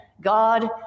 god